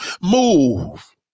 Move